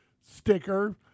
sticker